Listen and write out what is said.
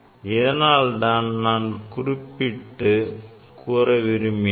இதனால்தான் நான் குறிப்பிட்டு கூற விரும்பினேன்